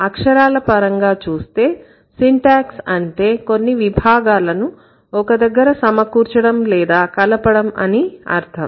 అక్షరాల పరంగా చూస్తే సింటాక్స్ అంటే కొన్ని విభాగాలను ఒక దగ్గర సమకూర్చడం లేదా కలపడం అని అర్థం